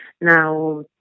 now